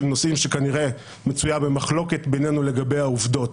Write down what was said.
נושאים שכנראה מצויה במחלוקת בינינו לגבי העובדות,